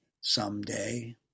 someday